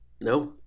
No